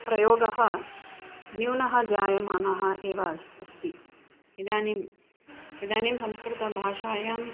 प्रयोगः न्यूनः जायमानः एव अस् अस्ति इदानीम् इदानीं संस्कृतभाषायाम्